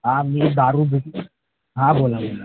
हां मी दारू विक हां बोला बोला